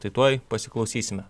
tai tuoj pasiklausysime